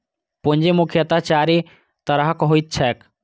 पूंजी मुख्यतः चारि तरहक होइत छैक